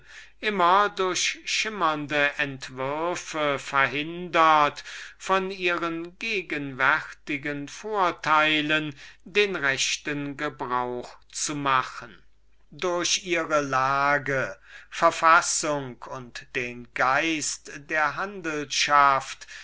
immer durch schimmernde entwürfe verhindert von ihren gegenwärtigen vorteilen den rechten gebrauch zu machen durch ihre lage verfassung und den geist der handelschaft